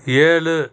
ஏழு